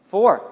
Four